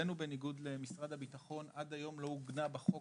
אצלנו בניגוד למשרד הביטחון עד היום לא עוגנה בחוק